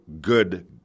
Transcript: good